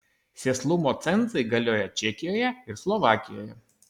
sėslumo cenzai galioja čekijoje ir slovakijoje